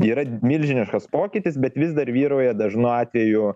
yra milžiniškas pokytis bet vis dar vyrauja dažnu atveju